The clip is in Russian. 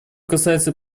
касается